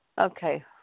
Okay